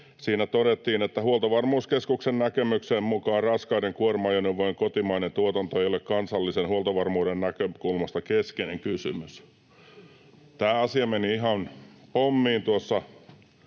Siinä todettiin, että ”Huoltovarmuuskeskuksen näkemyksen mukaan raskaiden kuorma-ajoneuvojen kotimainen tuotanto ei ole kansallisen huoltovarmuuden näkökulmasta keskeinen kysymys”. Tämä asia meni ihan pommiin tuossa